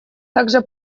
также